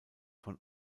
von